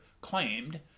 claimed